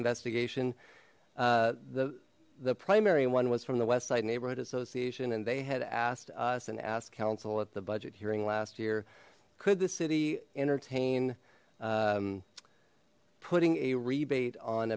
investigation the the primary one was from the westside neighborhood association and they had asked us and asked counsel at the budget hearing last year could the city entertain putting a rebate on